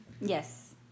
Yes